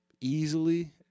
easily